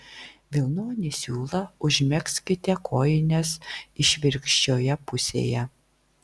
vilnonį siūlą užmegzkite kojinės išvirkščioje pusėje